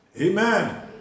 amen